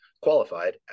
qualified